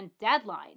deadline